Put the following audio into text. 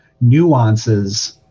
nuances